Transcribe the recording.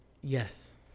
Yes